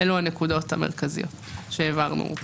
אלה הנקודות המרכזיות שהעברנו כהערות.